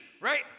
right